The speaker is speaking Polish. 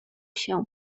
się